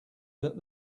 that